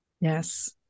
yes